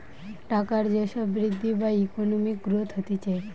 টাকার যে সব বৃদ্ধি বা ইকোনমিক গ্রোথ হতিছে